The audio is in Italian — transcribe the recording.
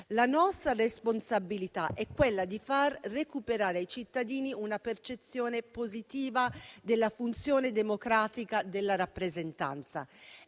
La nostra responsabilità è far recuperare ai cittadini una percezione positiva della funzione democratica della rappresentanza.